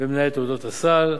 במנהל תעודת סל,